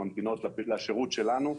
שממתינות לשירות שלנו.